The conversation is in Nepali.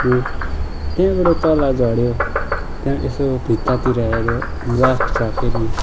त्यहाँबाट तल झऱ्यो त्यहाँ यसो भित्तातिर हेऱ्यो बरफ छ फेरि